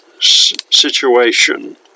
situation